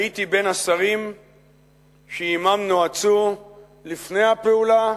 הייתי בין השרים שעמם נועצו לפני הפעולה,